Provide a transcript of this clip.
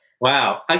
Wow